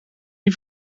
die